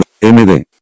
MD